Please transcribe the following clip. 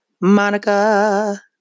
Monica